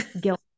guilt